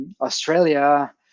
Australia